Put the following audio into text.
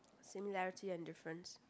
similarity and difference